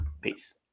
Peace